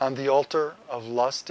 on the altar of lust